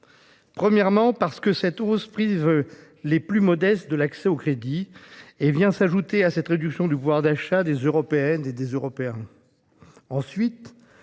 d'abord, parce que cette hausse prive les plus modestes de l'accès au crédit et vient s'ajouter à la réduction du pouvoir d'achat des Européennes et des Européens. Ensuite,